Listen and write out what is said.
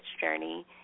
journey